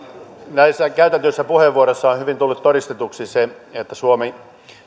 näissä käytetyissä puheenvuoroissa on hyvin tullut todistetuksi se että